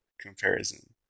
comparison